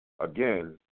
again